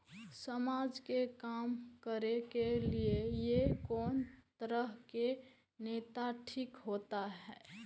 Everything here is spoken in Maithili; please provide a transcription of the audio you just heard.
समाज के काम करें के ली ये कोन तरह के नेता ठीक होते?